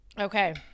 Okay